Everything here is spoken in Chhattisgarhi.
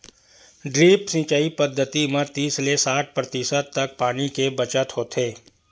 ड्रिप सिंचई पद्यति म तीस ले साठ परतिसत तक के पानी के बचत होथे